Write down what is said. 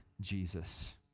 Jesus